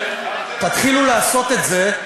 תתחילו לעשות את זה,